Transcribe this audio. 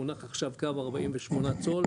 מונח עכשיו קו 48 צול,